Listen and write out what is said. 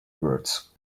words